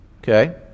Okay